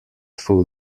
full